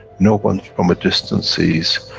no one from a distance sees,